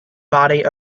body